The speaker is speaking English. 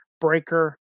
Breaker